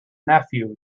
nephew